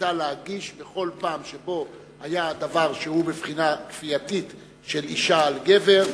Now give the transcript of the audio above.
בכל פעם שבה היה דבר שהוא בבחינת כפייה של אשה על גבר,